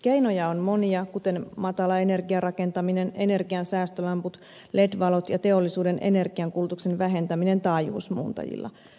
keinoja on monia kuten matalaenergiarakentaminen energiansäästölamput led valot ja teollisuuden energiankulutuksen vähentäminen taajuusmuuntajilla